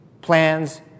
plans